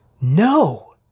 No